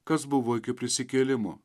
kas buvo iki prisikėlimo